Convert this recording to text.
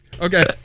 Okay